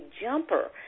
jumper